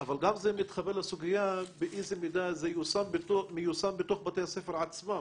זה גם מתחבר לסוגיה באיזו מידה זה מיושם בתוך בתי הספר עצמם.